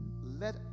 Let